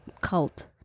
cult